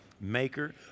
maker